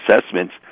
assessments